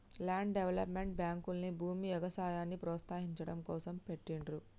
land development బ్యేంకుల్ని భూమి, ఎగుసాయాన్ని ప్రోత్సహించడం కోసం పెట్టిండ్రు